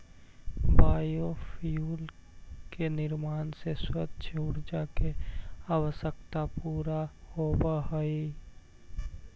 biofuel के निर्माण से स्वच्छ ऊर्जा के आवश्यकता पूरा होवऽ हई